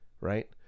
right